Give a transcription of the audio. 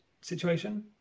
situation